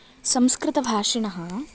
संस्कृतभाषिणः